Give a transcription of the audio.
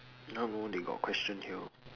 I don't know they got question here